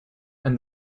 and